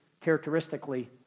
characteristically